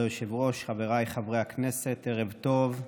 כבוד היושב-ראש, חבריי חברי הכנסת, ערב טוב.